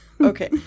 Okay